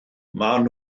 maen